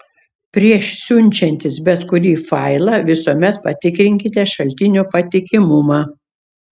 prieš siunčiantis bet kurį failą visuomet patikrinkite šaltinio patikimumą